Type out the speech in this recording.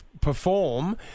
perform